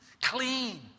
clean